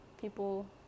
people